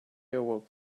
awoke